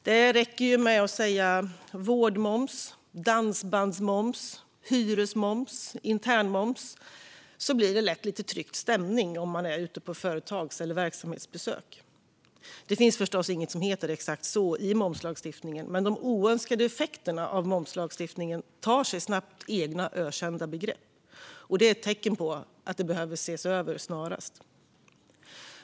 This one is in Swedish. Det räcker med att säga vårdmoms, dansbandsmoms, hyresmoms och internmoms för att det ska bli lite tryckt stämning när man är ute på företags eller verksamhetsbesök. Det finns förstås inget som heter exakt så i momslagstiftningen, men de oönskade effekterna av momslagstiftningen ger snabbt upphov till egna ökända begrepp, och det är ett tecken på att detta snarast behöver ses över.